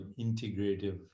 integrative